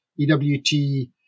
EWT